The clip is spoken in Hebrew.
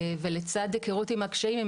לצד ההיכרות עם הקשיים היא